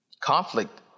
Conflict